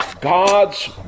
God's